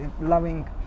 loving